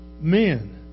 men